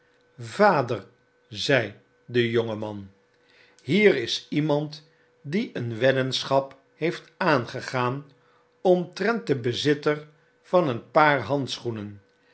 vader zei de jonge man hier is iemand die een weddenschap heeft aangegaan omtrent den bezitter van een paar handschoenen